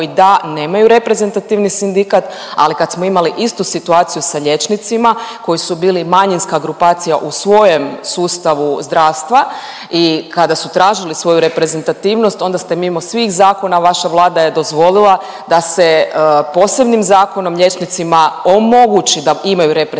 da nemaju reprezentativan sindikat, ali kad smo imali istu situaciju sa liječnicima koji su bili manjinska grupacija u svojem sustavu zdravstva i kada su tražili svoju reprezentativnost onda ste mimo svih zakona, vaša Vlada je dozvolila da se posebnim zakonom liječnicima omogući da imaju reprezentativni